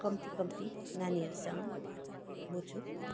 कम्ती कम्ती नानीहरूसँग बोल्छु